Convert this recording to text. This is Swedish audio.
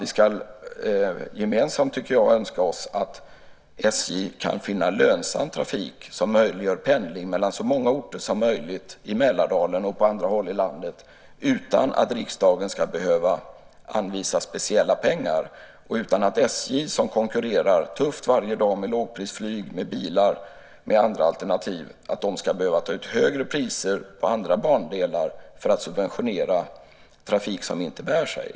Vi ska gemensamt önska oss att SJ kan finna lönsam trafik som möjliggör pendling mellan så många orter som möjligt i Mälardalen och på andra håll i landet utan att riksdagen ska behöva anvisa speciella pengar och utan att SJ som har en daglig tuff konkurrens med lågprisflyg, bilar och andra alternativ ska behöva ta ut högre priser på andra bandelar för att subventionera trafik som inte bär sig.